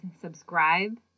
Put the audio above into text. subscribe